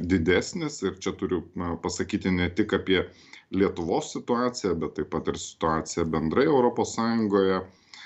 didesnis ir čia turiu pasakyti ne tik apie lietuvos situaciją bet taip pat ir situaciją bendrai europos sąjungoje